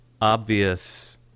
obvious